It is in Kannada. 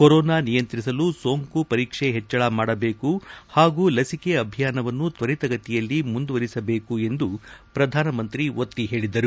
ಕೊರೋನಾ ನಿಯಂತ್ರಿಸಲು ಸೋಂಕು ಪರೀಕ್ಷೆ ಹೆಚ್ಚಳ ಮಾಡಬೇಕು ಹಾಗೂ ಲಸಿಕೆ ಅಭಿಯಾನವನ್ನು ತ್ವರಿತಗತಿಯಲ್ಲಿ ಮುಂದುವರೆಸಬೇಕು ಎಂದು ಪ್ರಧಾನಿ ಒತ್ತಿ ಹೇಳಿದರು